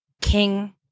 King